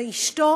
ואשתו